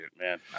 man